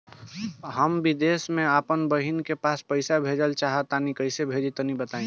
हम विदेस मे आपन बहिन के पास पईसा भेजल चाहऽ तनि कईसे भेजि तनि बताई?